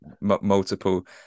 multiple